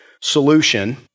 solution